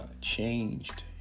changed